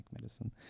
medicine